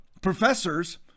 professors